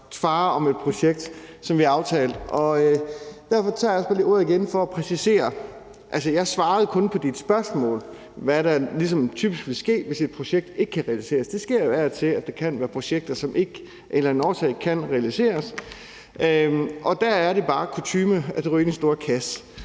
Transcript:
aftale om, bliver bragt i fare. Derfor tager jeg også ordet igen for at præcisere. Jeg svarede på dit spørgsmål om, hvad der typisk vil ske, hvis et projekt ikke kan realiseres. Det sker jo af og til, at der kan være projekter, som af en eller anden årsag ikke kan realiseres, og der er det bare kutyme, at det ryger i den store kasse.